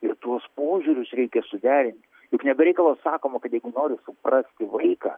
ir tuos požiūrius reikia suderinti juk ne be reikalo sakoma kad jeigu nori suprasti vaiką